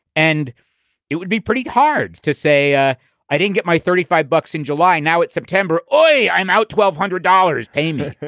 and it would be pretty hard to say. ah i didn't get my thirty five bucks in july now it's september. i i'm out. twelve hundred dollars payment.